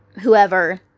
whoever